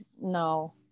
no